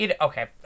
Okay